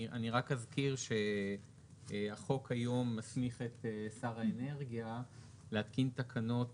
אני רק אזכיר שהחוק היום מסמיך את שר האנרגיה להתקין תקנות